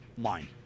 line